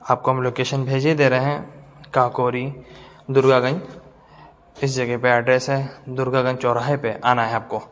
آپ کو ہم لوکیشن بھیجے دے رہے ہیں کاکوری درگا گنج اس جگہ پہ ایڈریس ہے درگا گنچ چوراہے پہ آنا ہے آپ کو